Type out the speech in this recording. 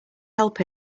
help